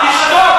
בבקשה.